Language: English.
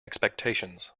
expectations